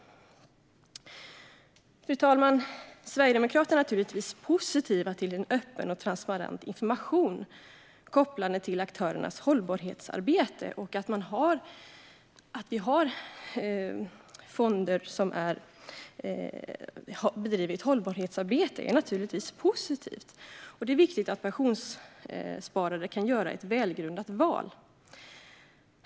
Fru talman! Sverigedemokraterna är naturligtvis positiva till öppen och transparent information kopplad till aktörernas hållbarhetsarbete. Att det finns fonder som bedriver ett hållbarhetsarbete är naturligtvis positivt. Det är viktigt att pensionssparare kan göra ett välgrundat val.